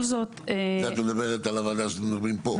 זה את מדברת על הוועדה שאנחנו מדברים פה.